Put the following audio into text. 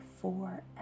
forever